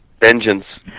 Vengeance